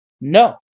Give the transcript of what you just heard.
No